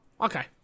okay